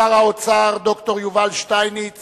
שר האוצר ד"ר יובל שטייניץ